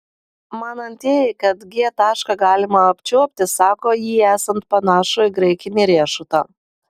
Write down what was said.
manantieji kad g tašką galima apčiuopti sako jį esant panašų į graikinį riešutą